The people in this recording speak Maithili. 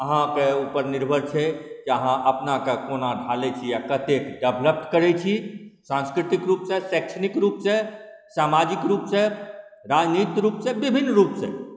अहाँके उपर निर्भर छै जे अहाँ अपनाके कोना ढालै छी आ कतेक डेवलप्ड करै छी सांस्कृतिक रूपसँ शैक्षणिक रूपसँ सामाजिक रूपसँ राजनीतिक रूपसँ विभिन्न रूपसँ